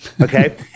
Okay